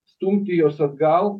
stumti juos atgal